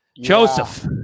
Joseph